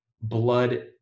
blood